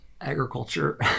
agriculture